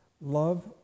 Love